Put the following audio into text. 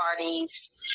parties